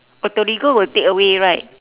oh torigo will takeaway right